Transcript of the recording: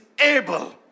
able